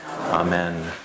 Amen